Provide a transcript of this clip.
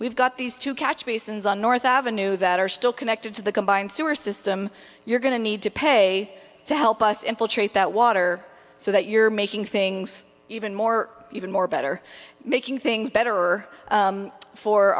we've got these two catch basins on north avenue that are still connected to the combined sewer system you're going to need to pay to help us infiltrate that water so that you're making things even more even more better making things better